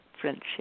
friendship